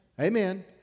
Amen